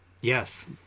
Yes